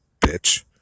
bitch